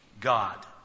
God